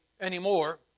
anymore